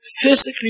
physically